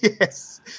Yes